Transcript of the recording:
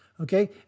Okay